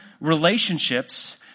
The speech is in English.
relationships